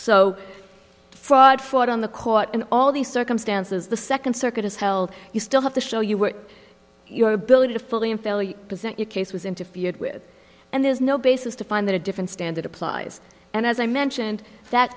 so fraud fraud on the court and all the circumstances the second circuit is held you still have to show you were your ability to fully and fairly present your case was interfered with and there's no basis to find that a different standard applies and as i mentioned that